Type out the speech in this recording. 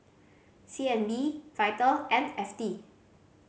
C N B Vital and F T